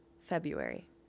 February